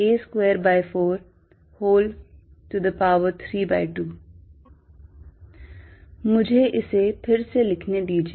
F114π0Qqx2a2432 मुझे इसे फिर से लिखने दीजिए